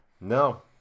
No